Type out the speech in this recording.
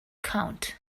count